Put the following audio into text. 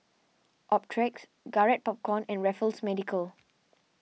Optrex Garrett Popcorn and Raffles Medical